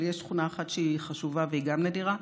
יש תכונה אחת שהיא חשובה והיא גם נדירה: